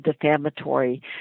defamatory